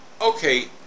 okay